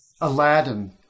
Aladdin